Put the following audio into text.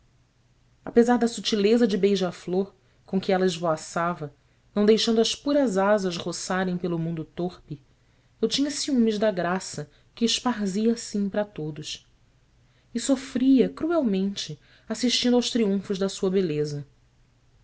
apesar da sutileza de beija-flor com que ela esvoaçava não deixando as puras asas roçarem pelo mundo torpe eu tinha ciúmes da graça que esparzia assim para todos e sofria cruelmente assistindo aos triunfos da sua beleza